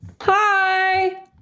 hi